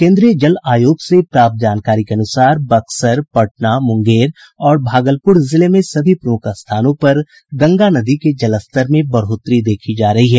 केन्द्रीय जल आयोग से प्राप्त जानकारी के अनुसार बक्सर पटना मुंगेर और भागलपुर जिले में सभी प्रमुख स्थानों पर गंगा नदी के जलस्तर में बढ़ोतरी देखी जा रही है